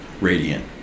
radiant